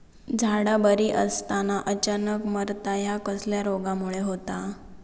झाडा बरी असताना अचानक मरता हया कसल्या रोगामुळे होता?